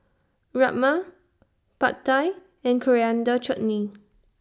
Rajma Pad Thai and Coriander Chutney